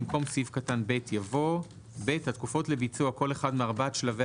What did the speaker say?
במקום סעיף קטן (ב) יבוא: "(ב) התקופות לביצוע כל אחד מארבעת שלבי